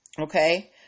Okay